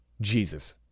Jesus